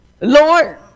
Lord